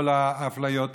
כל האפליות מובנות.